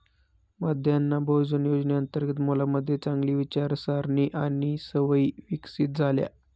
मध्यान्ह भोजन योजनेअंतर्गत मुलांमध्ये चांगली विचारसारणी आणि सवयी विकसित झाल्या